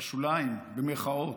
ב"שוליים", במירכאות.